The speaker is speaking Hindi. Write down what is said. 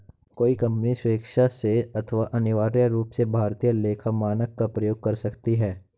कोई कंपनी स्वेक्षा से अथवा अनिवार्य रूप से भारतीय लेखा मानक का प्रयोग कर सकती है